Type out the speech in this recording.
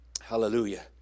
Hallelujah